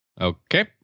okay